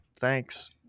thanks